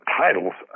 titles